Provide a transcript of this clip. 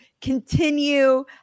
continue